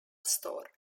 store